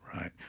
Right